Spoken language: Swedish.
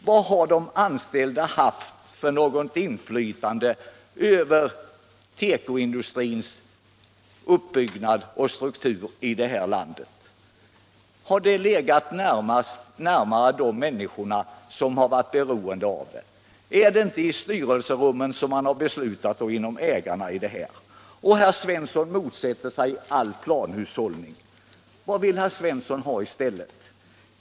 Vad har de anställda haft för inflytande över tekoindustrins utbyggnad och struktur här i landet? Har besluten legat närmare de människor som har varit beroende av den? Är det inte i styrelserummen och bland ägarna som man har beslutat om detta? Herr Svensson motsätter sig all planhushållning. Vad vill herr Svensson ha i stället?